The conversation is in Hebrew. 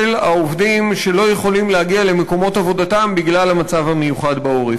העובדים שלא יכולים להגיע למקומות עבודתם בגלל המצב המיוחד בעורף.